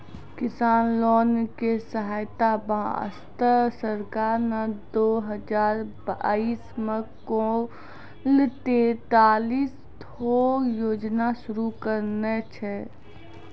किसान लोग के सहायता वास्तॅ सरकार नॅ दू हजार बाइस मॅ कुल तेतालिस ठो योजना शुरू करने छै